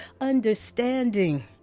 understanding